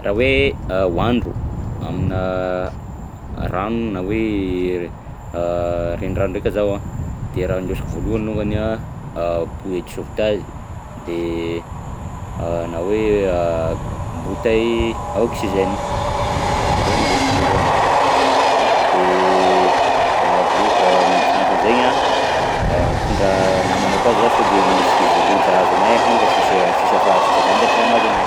Raha hoe hoandro aminà rano na hoe re- renirano ndraika zaho a de raha andesiko voalohany longany a bouée de sauvetage de na hoe bouteille à oxygène, regny ndôsiko voalohany de en plus fagnampin'zaigny a mitondra namana koa zaho sao de misy izy loja ahazo anay akagny ka sisy a- sisy afa- sisy ahafantatra raha mahazo anay.